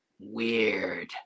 Weird